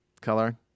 color